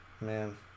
man